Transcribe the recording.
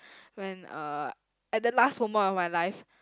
when uh at that last moment of my life